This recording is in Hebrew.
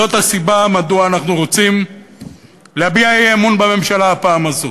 זאת הסיבה שאנחנו רוצים להביע אי-אמון בממשלה הפעם הזאת.